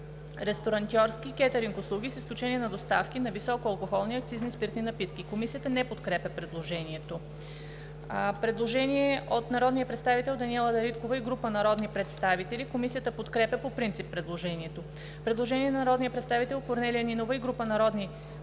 Ресторантьорски и кетъринг услуги с изключение на доставки на високоалкохолни акцизни спиртни напитки.“ Комисията не подкрепя предложението. Предложение от народния представител Даниела Дариткова и група народни представители. Комисията подкрепя по принцип предложението. Предложение на народния представител Корнелия Нинова и група народни представители: